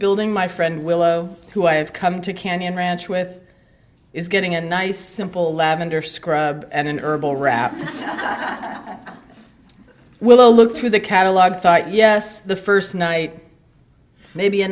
building my friend willow who i have come to canyon ranch with is getting a nice simple lavender scrub and an herbal wrap i'm will look through the catalog thought yes the first night maybe a